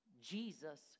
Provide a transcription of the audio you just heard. Jesus